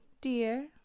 dear